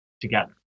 together